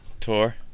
tour